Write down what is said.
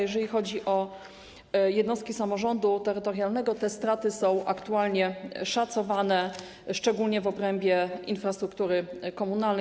Jeżeli chodzi o jednostki samorządu terytorialnego, te straty są aktualnie szacowane, szczególnie w obrębie infrastruktury komunalnej.